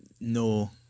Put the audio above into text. no